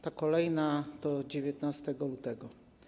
Ta kolejna to 19 lutego.